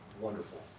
wonderful